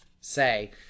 say